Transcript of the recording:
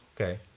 okay